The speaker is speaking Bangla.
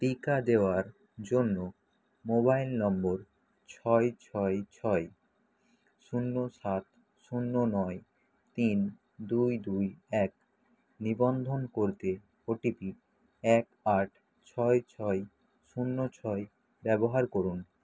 টিকা দেওয়ার জন্য মোবাইল নম্বর ছয় ছয় ছয় শূন্য সাত শূন্য নয় তিন দুই দুই এক নিবন্ধন করতে ওটিপি এক আট ছয় ছয় শূন্য ছয় ব্যবহার করুন